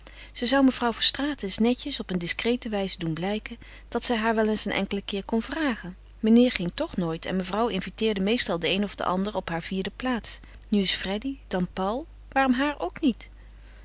ze zou mevrouw verstraeten eens netjes op een discrete wijze doen blijken dat zij haar wel eens een enkelen keer kon vragen meneer ging toch nooit en mevrouw inviteerde meestal den een of den ander op haar vierde plaats nu eens freddy dan paul waarom haar ook niet